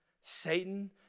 Satan